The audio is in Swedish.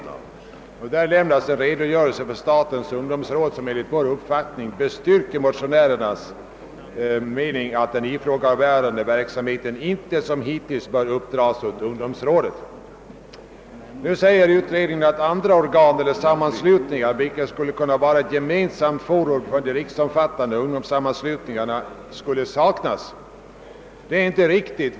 I det betänkandet lämnas en redogörelse för statens ungdomsråd, vilken enligt motionärernas mening bestyrker uppfattningen att den ifrågavarande verksamheten inte som hittills bör uppdras åt ungdomsrådet. Utredningen skriver att andra organ eller sammanslutningar, vilka skulle kunna vara ett gemensamt forum för de riksomfattande ungdomssammanslutningarna, saknas. Detta är inte riktigt.